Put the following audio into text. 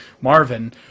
Marvin